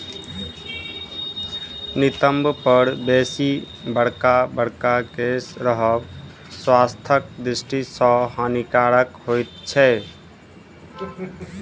नितंब पर बेसी बड़का बड़का केश रहब स्वास्थ्यक दृष्टि सॅ हानिकारक होइत छै